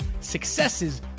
successes